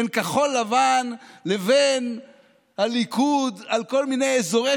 בין כחול לבן לבין הליכוד על כל מיני אזורי